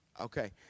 Okay